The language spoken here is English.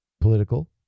political